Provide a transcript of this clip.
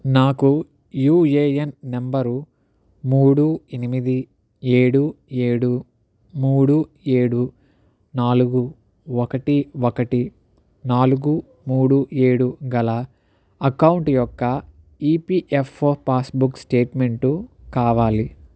నాకు UAN number మూడు ఎనిమిది ఏడు ఏడు మూడు ఏడు నాలుగు ఒకటి ఒకటి నాలుగు మూడు ఏడు గల అకౌంట్ యొక్క ఈపిఎఫ్ఓ పాస్బుక్ స్టేట్మెంటు కావాలి